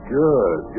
good